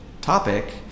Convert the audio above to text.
topic